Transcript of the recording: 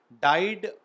died